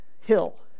hill